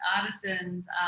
artisans